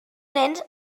nens